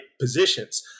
positions